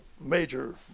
major